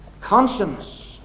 Conscience